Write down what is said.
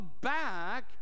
back